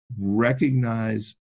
recognize